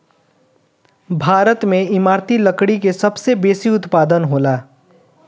भारत में इमारती लकड़ी के सबसे बेसी उत्पादन होला